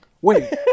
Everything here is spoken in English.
Wait